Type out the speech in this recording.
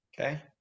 okay